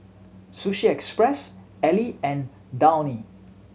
Sushi Express Elle and Downy